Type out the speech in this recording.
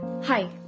Hi